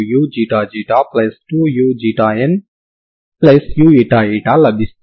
g1 మొత్తం వాస్తవరేఖ మీద g యొక్క విస్తరించిన ఫంక్షన్ అవుతుంది